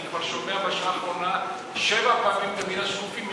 אני שומע בשעה האחרונה כבר שבע פעמים את המילה שקופים.